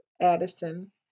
Addison